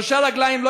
שלוש רגליים,